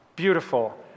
beautiful